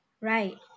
right